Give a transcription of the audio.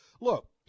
Look